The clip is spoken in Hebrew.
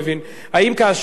האם כאשר ערבי,